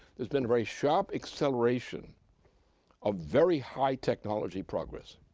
there's been a very sharp acceleration of very high-technology progress.